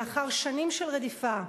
לאחר שנים של רדיפה,